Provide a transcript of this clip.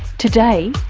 today,